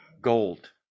gold